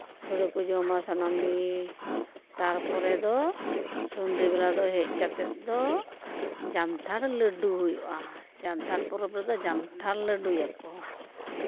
ᱥᱳᱲᱮ ᱠᱚ ᱡᱚᱢᱟ ᱥᱟᱱᱟᱢ ᱜᱮ ᱛᱟᱨᱯᱚᱨᱮ ᱫᱚ ᱥᱚᱱᱫᱷᱮ ᱵᱮᱞᱟ ᱫᱚ ᱦᱮᱡ ᱠᱟᱛᱮᱜ ᱫᱚ ᱡᱟᱱᱛᱷᱟᱲ ᱞᱟᱹᱰᱩ ᱦᱩᱭᱩᱜᱼᱟ ᱡᱟᱱᱛᱷᱟᱲ ᱯᱚᱨᱚᱵᱽ ᱨᱮᱫᱚ ᱡᱟᱱᱛᱷᱟᱲ ᱞᱟᱹᱰᱩᱭᱟᱠᱚ